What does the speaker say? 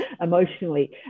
emotionally